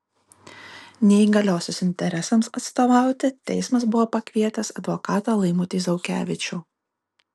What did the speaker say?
neįgaliosios interesams atstovauti teismas buvo pakvietęs advokatą laimutį zaukevičių